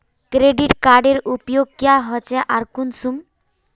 Credit कार्डेर उपयोग क्याँ होचे आर कुंसम?